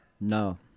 No